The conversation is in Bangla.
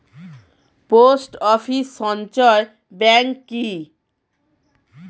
পোস্ট অফিস সঞ্চয় ব্যাংক কি?